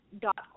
dot